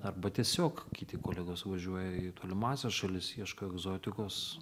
arba tiesiog kiti kolegos važiuoja į tolimąsias šalis ieško egzotikos